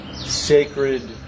sacred